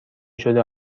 شده